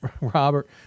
Robert